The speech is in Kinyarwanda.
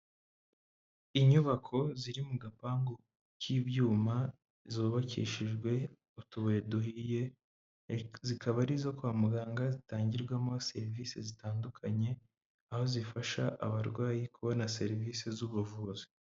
Inyubako ziri mu gapangu k'ibyuma, zubakishijwe utubuye duhiye, zikaba ari izo kwa muganga zitangirwamo serivisi zitandukanye, aho zifasha abarwayi kubona serivisi z'ubuvuzi.